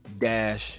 Dash